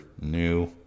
new